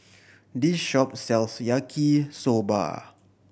this shop sells Yaki Soba